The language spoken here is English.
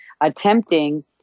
attempting